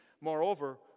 Moreover